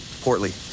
Portly